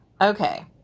okay